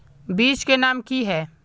बीज के नाम की है?